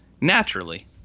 naturally